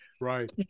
Right